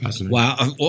Wow